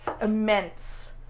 immense